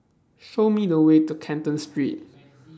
Show Me The Way to Canton Street